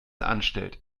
anstellt